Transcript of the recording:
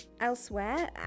elsewhere